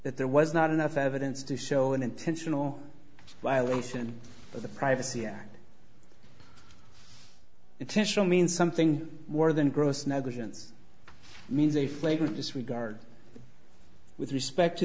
that there was not enough evidence to show an intentional violation of the privacy act intentional means something more than gross negligence means a flagrant disregard with respect to